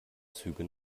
züge